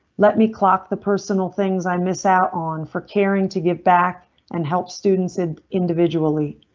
let me clock the personal things i miss out on for caring to get back and help students in individually.